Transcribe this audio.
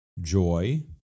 joy